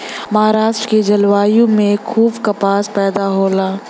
महाराष्ट्र के जलवायु में खूब कपास पैदा होला